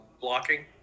blocking